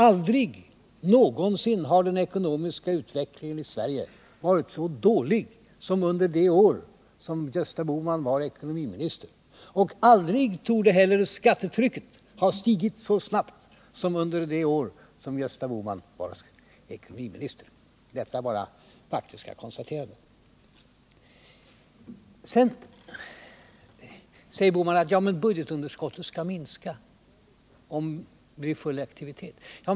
Aldrig någonsin har den ekonomiska utvecklingen i Sverige varit så dålig som under de år då Gösta Bohman var ekonomiminister. Aldrig tidigare torde skattetrycket ha ökat så snabbt som under de år då Gösta Bohman var ekonomiminister. Detta är bara faktiska konstateranden. Gösta Bohman säger nu att budgetunderskottet kommer att minska, om vi får en aktivitet i näringslivet.